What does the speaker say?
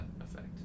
effect